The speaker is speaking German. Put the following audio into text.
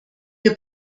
wir